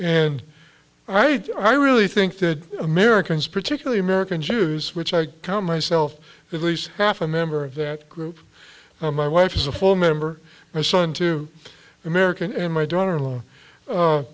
right i really think that americans particularly american jews which i count myself at least half a member of that group my wife is a full member my son to american and my daughter in law